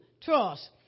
Trust